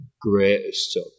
greatest